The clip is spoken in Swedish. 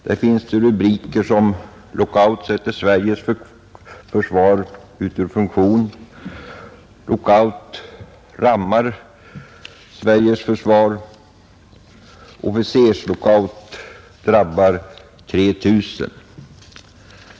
Där finns det rubriker som följande: ”Lockout sätter Sveriges försvar ur funktion”, ”Lockout rammar Sveriges försvar”, ”Officerslockout drabbar 3 000”.